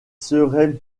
seraient